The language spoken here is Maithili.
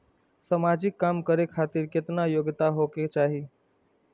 समाजिक काम करें खातिर केतना योग्यता होके चाही?